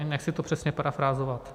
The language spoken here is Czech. Nechci to přesně parafrázovat.